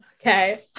Okay